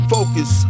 Focus